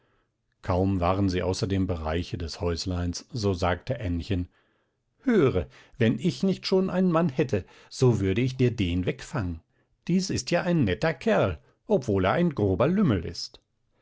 kaum waren sie außer dem bereiche des häusleins so sagte ännchen höre wenn ich nicht schon einen mann hätte so würde ich dir den wegfangen dies ist ja ein netter kerl obgleich er ein grober lümmel ist